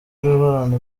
uhorana